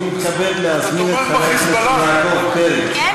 אני מתכבד להזמין את חבר הכנסת יעקב פרי,